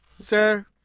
Sir